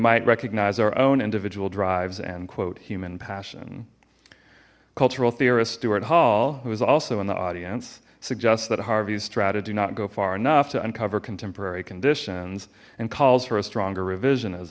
might recognize our own individual drives and quote human passion cultural theorist stuart hall who is also in the audience suggests that harvey's strata do not go far enough to uncover contemporary conditions and calls for a stronger revision